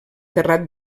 terrat